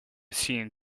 seen